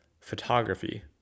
photography